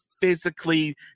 physically